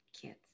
kids